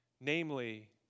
namely